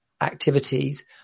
activities